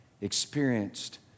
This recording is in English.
experienced